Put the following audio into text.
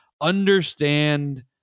understand